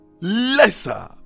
lesser